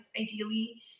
ideally